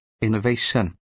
innovation